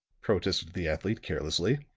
protested the athlete carelessly.